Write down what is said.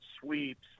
sweeps